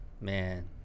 Man